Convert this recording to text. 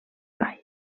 baix